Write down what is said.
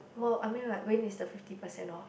w~ I mean like when is the fifty percent off